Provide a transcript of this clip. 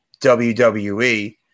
WWE